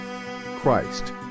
Christ